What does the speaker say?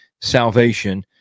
salvation